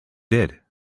did